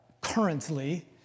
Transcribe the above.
currently